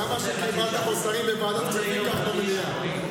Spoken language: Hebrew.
כמה, חוסרים בוועדת הכספים, במליאה.